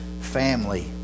family